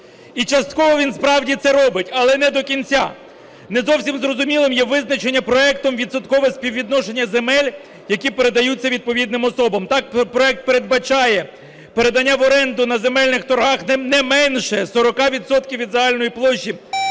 І частково він справді це робить, але не до кінця. Не зовсім зрозумілим є визначення проектом відсоткове співвідношення земель, які передаються відповідним особам. Так проект передбачає передання в оренду на земельних торгах неменше 40 відсотків від загальної площі